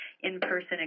in-person